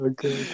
Okay